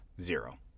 zero